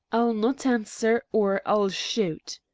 i'll not answer, or i'll shoot!